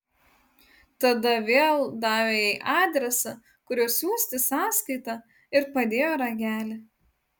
tada vėl davė jai adresą kuriuo siųsti sąskaitą ir padėjo ragelį